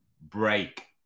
break